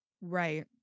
Right